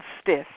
stiff